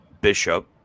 bishop